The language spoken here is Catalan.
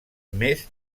més